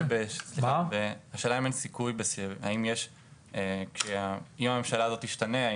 השאלה אם אין סיכון שאם הממשלה הזו תשתנה,